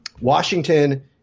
Washington –